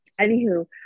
anywho